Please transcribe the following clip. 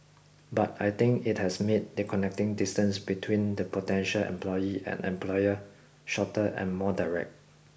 but I think it has made the connecting distance between the potential employee and employer shorter and more direct